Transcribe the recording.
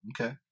Okay